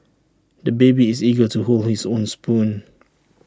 the baby is eager to hold his own spoon